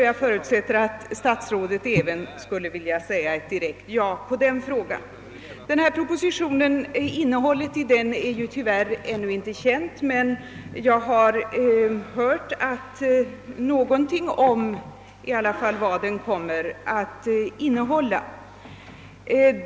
Jag förutsätter alltså att statsrådet skulle vilja svara ett direkt ja på den frågan. Propositionens innehåll är tyvärr ännu inte känt, men jag har hört någonting om vad den kommer att innehålla.